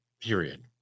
period